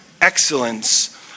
excellence